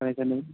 পানী চানী